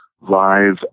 live